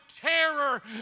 terror